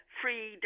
free